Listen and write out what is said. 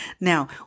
Now